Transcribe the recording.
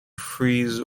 freeze